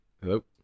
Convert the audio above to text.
hello